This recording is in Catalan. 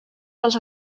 dels